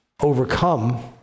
Overcome